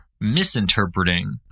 misinterpreting